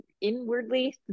inwardly